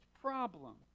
problem